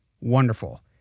Wonderful